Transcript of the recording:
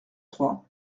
trois